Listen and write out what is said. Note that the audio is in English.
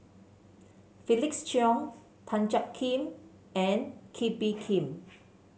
Felix Cheong Tan Jiak Kim and Kee Bee Khim